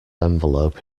envelope